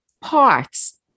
parts